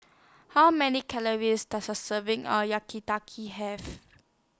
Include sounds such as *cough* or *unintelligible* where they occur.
How Many Calories Does A Serving of *unintelligible* Have